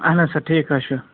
اَہَن حظ سَر ٹھیٖک حظ چھُ